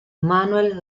manuel